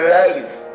life